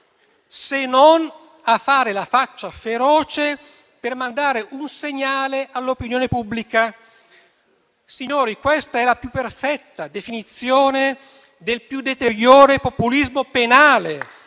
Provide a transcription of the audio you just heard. se non a fare la faccia feroce per mandare un segnale all'opinione pubblica. Signori, questa è la più perfetta definizione del più deteriore populismo penale